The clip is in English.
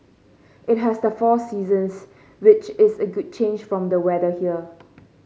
it has the four seasons which is a good change from the weather here